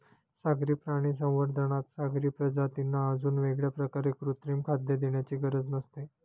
सागरी प्राणी संवर्धनात सागरी प्रजातींना अजून वेगळ्या प्रकारे कृत्रिम खाद्य देण्याची गरज नसते